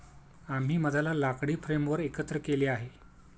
आम्ही मधाला लाकडी फ्रेमवर एकत्र केले आहे